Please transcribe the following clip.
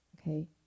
okay